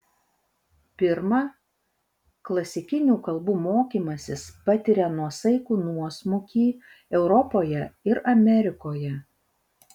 pirma klasikinių kalbų mokymasis patiria nuosaikų nuosmukį europoje ir amerikoje